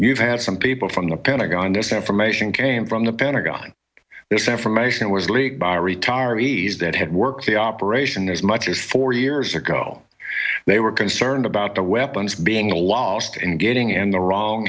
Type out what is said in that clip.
you've had some people from the pentagon this affirmation came from the pentagon this information was leaked by retirees that had worked the operation as much as four years ago they were concerned about the weapons being lost and getting in the wrong